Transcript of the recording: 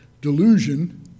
delusion